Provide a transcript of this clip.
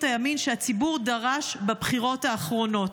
הימין שהציבור דרש בבחירות האחרונות.